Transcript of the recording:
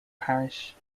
parish